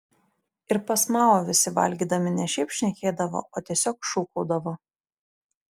ir pas mao visi valgydami ne šiaip šnekėdavo o tiesiog šūkaudavo